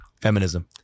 Feminism